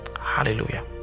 Hallelujah